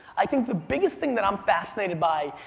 i think the biggest thing that i'm fascinated by,